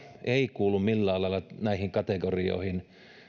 ei kuulu millään lailla näihin kategorioihin